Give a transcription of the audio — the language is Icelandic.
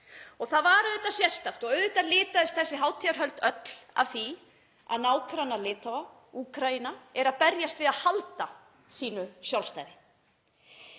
Það var auðvitað sérstakt og auðvitað lituðust þessi hátíðarhöld öll af því að nágranni Litáa, Úkraína, er að berjast við að halda sínu sjálfstæði.